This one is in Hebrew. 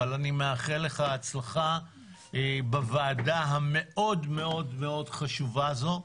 אבל אני מאחל לך הצלחה בוועדה המאוד מאוד חשובה הזו.